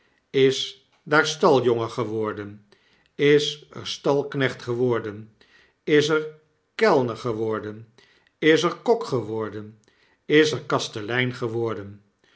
is daar staljongen geworden is er stalknecht geworden is er kellner geworden is er kok geworden is er kastelein geworden